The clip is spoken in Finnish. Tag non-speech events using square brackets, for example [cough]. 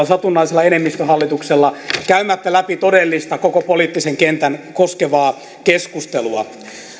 [unintelligible] satunnaisella enemmistöhallituksella käymättä läpi todellista koko poliittista kenttää koskevaa keskustelua